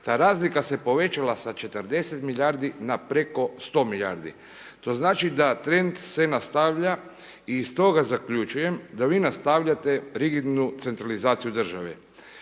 ta razlika se povećala sa 40 milijardi na preko 100 milijardi, to znači da trend se nastavlja i stoga zaključujem da vi nastavljate rigidnu centralizaciju države.